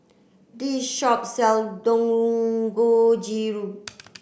this shop sell Dangojiru